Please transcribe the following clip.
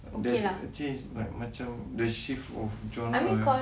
there's a change like macam the shift of genre eh